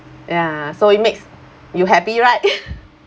ya so it makes you happy right